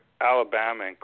Alabama